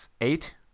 eight